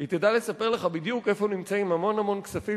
היא תדע לספר לך בדיוק איפה נמצאים המון המון כספים